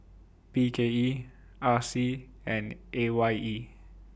B K E R C and A Y E